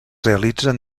realitzen